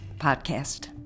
Podcast